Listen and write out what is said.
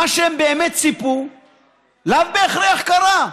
מה שהם באמת ציפו לאו בהכרח קרה.